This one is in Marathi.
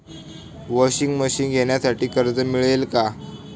वॉशिंग मशीन घेण्यासाठी कर्ज मिळेल का?